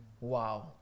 Wow